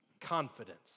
confidence